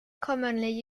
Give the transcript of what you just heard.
commonly